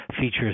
features